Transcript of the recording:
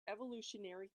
evolutionary